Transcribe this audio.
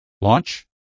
launch